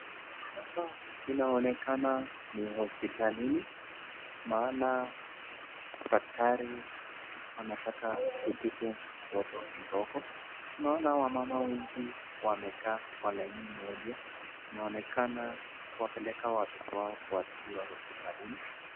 Hapa inaonekana ni hospitalini maana daktari anataka kutibu mtoto mdogo, tunaona wamama wengi wamekaa kwa laini moja inaonekana kuwapeleka watoto wao kutibiwa hospitalini.